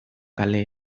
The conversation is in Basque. kale